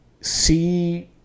see